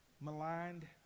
maligned